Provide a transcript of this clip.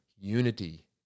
unity